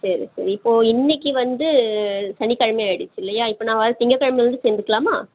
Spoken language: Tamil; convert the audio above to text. சரி சரி இப்போது இன்றைக்கி வந்து சனிக்கிழமை ஆகிடிச்சி இல்லையா இப்போ நான் வர திங்ககிழமைலேருந்து சேர்ந்துக்கலாமா